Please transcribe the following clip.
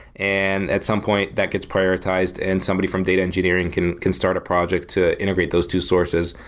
and at some point that gets prioritized and somebody from data engineering can can start a project to integrate those two sources,